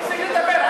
תפסיק לדבר.